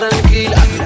Tranquila